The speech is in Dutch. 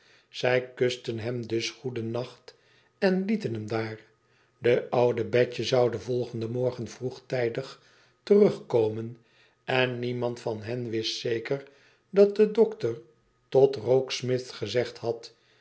zij kusten hem dus goedennacht en lieten hem daar de oude betje zou den volgenden morgen vroegtijdig terugkomen en niemand van hen wist zeker dat de dokter tot rokesmith gezegd had